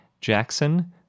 Jackson